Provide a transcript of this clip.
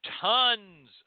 tons